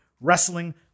Wrestling